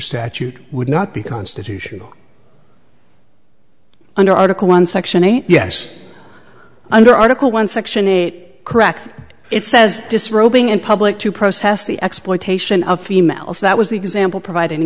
statute would not be constitutional under article one section eight yes under article one section eight correct it says disrobing in public to protest the exploitation of females that was the example provide